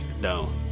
no